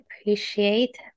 appreciate